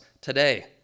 today